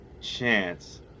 chance